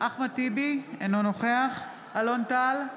אחמד טיבי, אינו נוכח אלון טל,